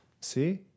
See